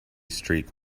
street